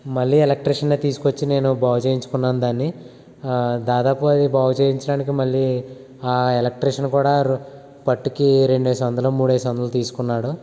మళ్ళీ ఎలక్ట్రీషియన్ని తీసుకుని వచ్చి నేను బాగు చేయించుకున్నాను దాన్ని దాదాపు అది బాగు చేయించడానికి మళ్ళీ ఆ ఎలక్ట్రీషియన్ కూడా రు పట్టికి రెండేసి వందలు మూడేసి వందలు తీసుకున్నాడు